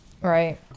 Right